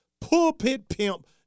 pulpit-pimp